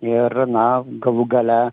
ir na galų gale